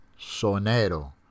sonero